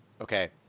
Okay